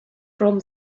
from